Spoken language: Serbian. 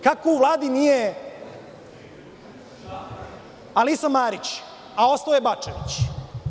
Kako u Vladi nije Alisa Marić, a ostao je Bačević?